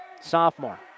sophomore